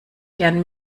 gern